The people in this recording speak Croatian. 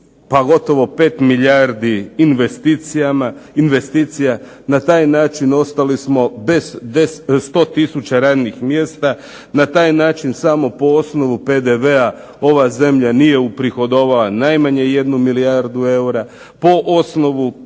gotovo 5 milijardi investicija. Na taj način ostali smo bez 100 tisuća radnih mjesta, na taj način samo po osnovu PDV-a ova zemlja nije uprihodovala najmanje 1 milijardu eura, po osnovu poreza,